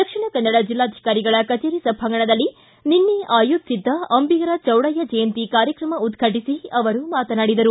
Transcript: ದಕ್ಷಿಣ ಕನ್ನಡ ಜೆಲ್ಲಾಧಿಕಾರಿಗಳ ಕಜೇರಿ ಸಭಾಂಗಣದಲ್ಲಿ ನಿನ್ನೆ ಆಯೋಜಿಸಿದ್ದ ಅಂಬಿಗರ ಚೌಡಯ್ಯ ಜಯಂತಿ ಕಾರ್ಯಕ್ರಮ ಉದ್ವಾಟಿಸಿ ಅವರು ಮಾತನಾಡಿದರು